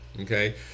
Okay